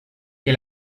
que